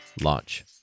launch